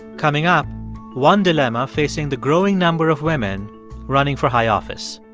coming up one dilemma facing the growing number of women running for high office